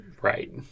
Right